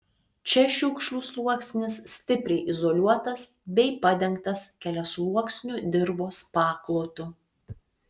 čia šiukšlių sluoksnis stipriai izoliuotas bei padengtas keliasluoksniu dirvos paklotu